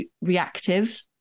reactive